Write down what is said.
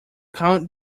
count